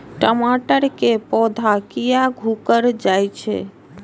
टमाटर के पौधा किया घुकर जायछे?